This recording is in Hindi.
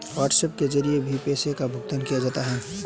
व्हाट्सएप के जरिए भी पैसों का भुगतान किया जा सकता है